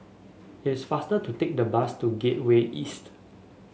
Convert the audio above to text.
it is faster to take the bus to Gateway East